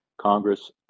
Congress